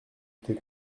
tes